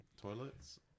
toilets